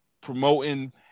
promoting